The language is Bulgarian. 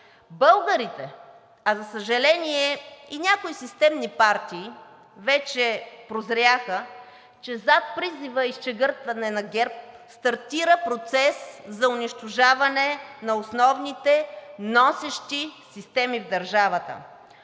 Българите, а за съжаление, и някои системни партии, вече прозряха, че зад призива „Изчегъртване на ГЕРБ“ стартира процес за унищожаване на основните носещи системи в държавата.